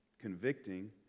Convicting